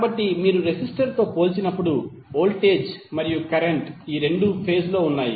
కాబట్టి మీరు రెసిస్టర్తో పోల్చినప్పుడు వోల్టేజ్ మరియు కరెంట్ రెండూ ఫేజ్ లో ఉన్నాయి